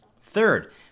Third